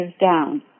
down